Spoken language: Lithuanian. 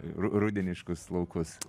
ru rudeniškus laukus